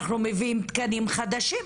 אנחנו מביאים תקנים חדשים.